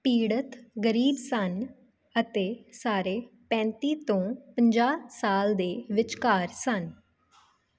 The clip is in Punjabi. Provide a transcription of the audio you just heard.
ਪੀੜਤ ਗ਼ਰੀਬ ਸਨ ਅਤੇ ਸਾਰੇ ਪੈਂਤੀ ਤੋਂ ਪੰਜਾਹ ਸਾਲ ਦੇ ਵਿਚਕਾਰ ਸਨ